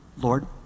Lord